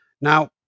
Now